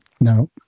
No